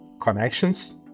connections